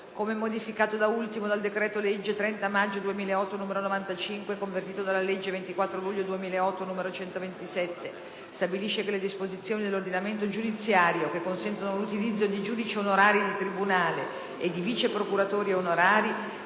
come modificato, da ultimo, dal decreto-legge 30 maggio 2008, n. 95 convertito dalla legge 24 luglio 2008, n. 127 - stabilisce che le disposizioni dell’ordinamento giudiziario che consentono l’utilizzo di giudici onorari di tribunale (g.o.t.) e di vice procuratori onorari